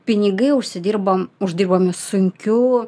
pinigai užsidirbom uždirbami sunkiu